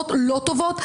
מחשבות לא טובות,